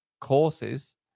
courses